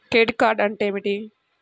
Credit card అంటే ఏమిటి?